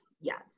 Yes